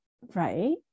Right